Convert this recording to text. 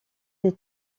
des